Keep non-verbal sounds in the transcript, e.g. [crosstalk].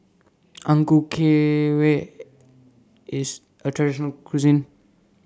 Ang Ku [unintelligible] IS A Traditional Local Cuisine